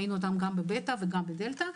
בביתא וגם בדלתא.